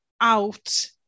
out